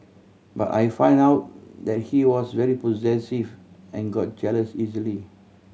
but I found out that he was very possessive and got jealous easily